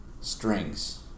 Strings